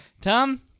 Tom